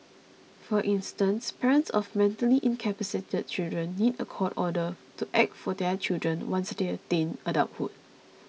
for instance parents of mentally incapacitated children need a court order to act for their children once they attain adulthood